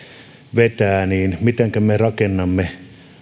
vetää mitenkä me rakennamme